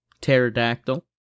Pterodactyl